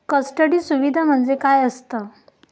Custody सुविधा म्हणजे काय असतं?